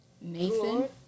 Nathan